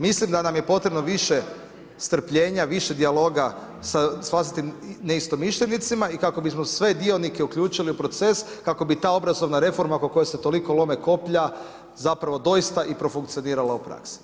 Mislim da nam je potrebno strpljenja, više dijaloga sa vlastitim neistomišljenicima i kako bismo sve dionike uključili u proces, kako bi ta obrazovana reforma, oko koje se tolike lome koplja zapravo doista i profunkcionirala u praksi.